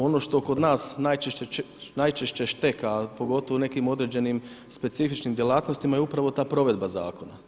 Ono što kod nas, najčešće šteka, a pogotovo u nekim određenim specifičnim djelatnostima, je upravo ta provedba zakona.